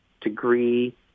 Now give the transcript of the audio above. degree